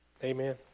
Amen